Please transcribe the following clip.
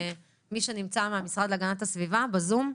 מישהו נמצא מהמשרד להגנת הסביבה בזום?